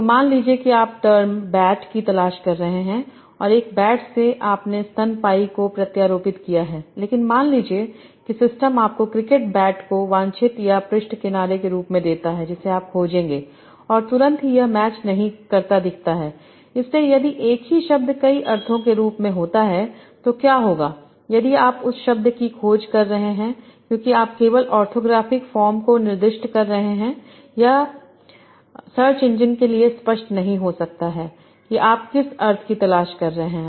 तो मान लीजिए कि आप टर्म बैट की तलाश कर रहे हैं और एक बैट से आपने स्तनपायी को प्रत्यारोपित किया है लेकिन मान लीजिए कि सिस्टम आपको क्रिकेट बैट को वांछित या पृष्ठ किनारे के रूप में देता है जिसे आप खोजेंगे और तुरंत ही यह मैच नहीं करता दिखता है इसलिए यदि एक ही शब्द कई अर्थों के रूप में होता है तो क्या होगा यदि आप उस शब्द को खोज रहे हैं क्योंकि आप केवल ऑर्थोग्राफिक फॉर्म को निर्दिष्ट कर रहे हैं यह सर्च इंजन के लिए स्पष्ट नहीं हो सकता है कि आप किस अर्थ की तलाश कर रहे हैं